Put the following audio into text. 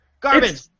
Garbage